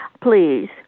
Please